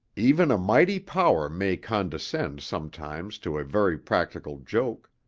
even a mighty power may condescend sometimes to a very practical joke.